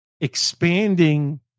expanding